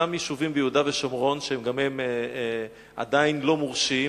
ישנם יישובים ביהודה ושומרון שגם הם עדיין לא מורשים,